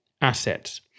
assets